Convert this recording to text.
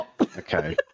Okay